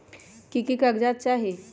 की की कागज़ात चाही?